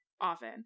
often